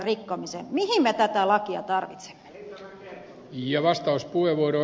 mihin me tätä lakia tarvitsemme